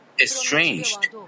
estranged